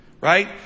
Right